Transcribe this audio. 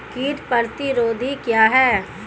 कीट प्रतिरोधी क्या है?